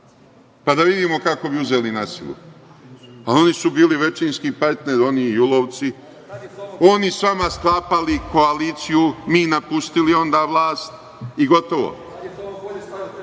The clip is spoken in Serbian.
pa da vidimo kako bi uzeli na silu. Oni su bili većinski partner, oni i julovci, oni s vama sklapali koaliciju, mi napustili onda vlast i